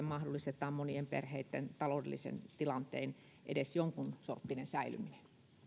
mahdollistetaan monien perheiden taloudellisen tilanteen edes jonkunsorttinen säilyminen